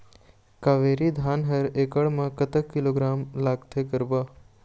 कावेरी धान हर एकड़ म कतक किलोग्राम लगाथें गरवा?